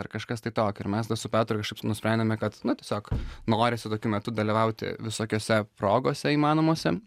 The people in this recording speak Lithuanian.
ar kažkas tai tokio ir mes su petru kažkaip nusprendėme kad na tiesiog norisi tokiu metu dalyvauti visokiose progose įmanomose